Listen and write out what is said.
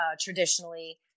traditionally